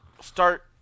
start